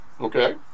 Okay